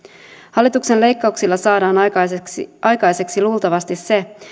hallituksen leikkauksilla saadaan aikaiseksi aikaiseksi luultavasti se